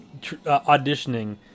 Auditioning